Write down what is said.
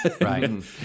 right